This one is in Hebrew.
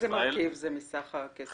איזה מרכיב זה מסך הכסף?